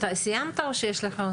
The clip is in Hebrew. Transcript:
סיימת או שיש לך עוד?